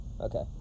Okay